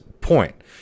point